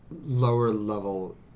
lower-level